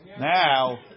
Now